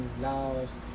laws